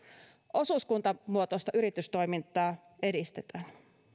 osuuskuntamuotoista yritystoimintaa edistetään